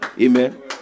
Amen